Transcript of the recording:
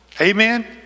Amen